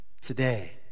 today